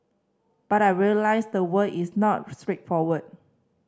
but I realised the world is not straightforward